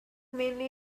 mainly